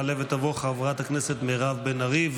תעלה ותבוא חברת הכנסת מירב בן ארי,